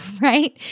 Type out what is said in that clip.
right